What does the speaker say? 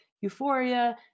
euphoria